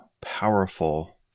powerful